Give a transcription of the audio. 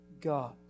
God